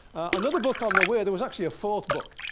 another book on the way there was actually a fourth book